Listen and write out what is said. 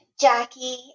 Jackie